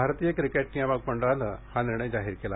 भारतीय क्रिकेट नियामक मंडळाने हा निर्णय जाहीर केला